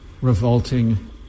revolting